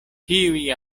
tiuj